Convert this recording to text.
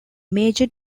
major